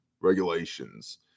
regulations